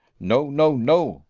no, no, no,